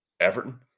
Everton